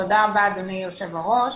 תודה רבה, אדוני יושב-הראש.